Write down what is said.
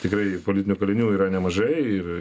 tikrai politinių kalinių yra nemažai ir